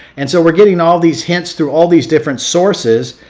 and so we're getting all these hints through all these different sources,